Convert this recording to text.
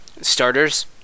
starters